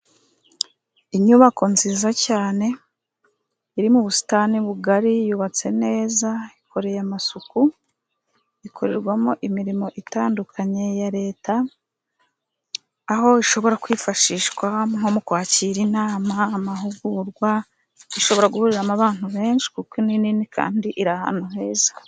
Inyubako nziza cyane iri mu busitani bugari yubatse neza ikoreye amasuku ikorerwamo imirimo itandukanye ya Leta, aho ishobora kwifashishwa nko mu kwakira inama, amahugurwa. Ishobora guhuriramo abantu benshi kuko ni nini kandi iri ahantu heza.